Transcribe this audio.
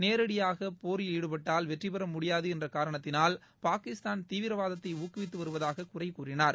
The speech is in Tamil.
நேரடியாக போர் ஈடுபட்டால் வெற்றி பெறமுடியாது என்ற காரணத்தினால் பாகிஸ்தான் தீவிரவாதத்தை ஊக்குவித்து வருவதாக குறை கூறினார்